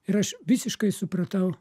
ir aš visiškai supratau